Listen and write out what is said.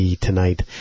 tonight